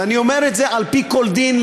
ואני אומר את זה על-פי כל דין,